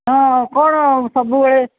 ହଁ କ'ଣ ସବୁବେଳେ